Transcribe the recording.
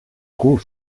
cul